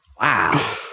Wow